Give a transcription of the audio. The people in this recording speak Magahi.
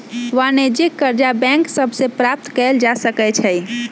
वाणिज्यिक करजा बैंक सभ से प्राप्त कएल जा सकै छइ